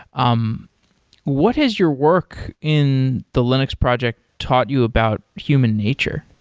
um what has your work in the linux project taught you about human nature?